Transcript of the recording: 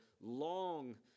long